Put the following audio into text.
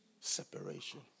Separation